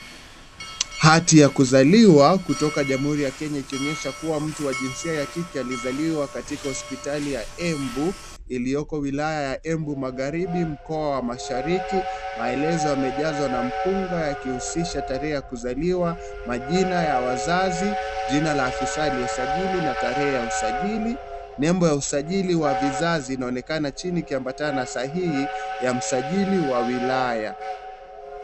Hati ya kuzaliwa kutoka jamhuri ya Kenya ikionyesha kuwa mtu wa jinsia ya kike alizaliwa katika hospitali ya Embu, iliyoko wilaya ya Embu Magharibi mkoa wa mashariki. Maelezo yamejazwa na mkunga yakihusisha tarehe ya kuzaliwa, majina ya wazazi, jina la afisa aliyesajili, na tarehe ya usajili. Nembo ya usajili wa vizazi inaonekana chini kiambatana na sahihi ya msajili wa wilaya.